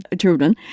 children